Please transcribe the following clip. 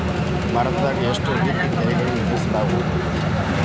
ಭಾರತದಾಗ ಎಷ್ಟ ರೇತಿ ತೆರಿಗೆಗಳನ್ನ ವಿಧಿಸಲಾಗ್ತದ?